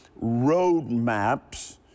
roadmaps